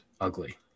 ugly